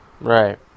Right